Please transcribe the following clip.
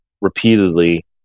repeatedly